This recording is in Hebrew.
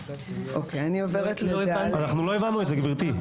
אנחנו לא הבנו את זה, גברתי.